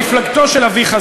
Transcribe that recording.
מפלגתו של אביך,